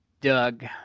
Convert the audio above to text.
Doug